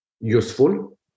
useful